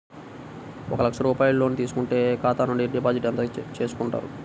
ఒక లక్ష రూపాయలు లోన్ తీసుకుంటే ఖాతా నుండి డిపాజిట్ ఎంత చేసుకుంటారు?